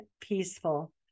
peaceful